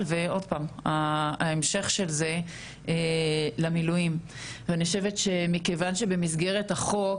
ועוד פעם ההמשך של זה למילואים ואני חושבת שמכיוון שבמסגרת החוק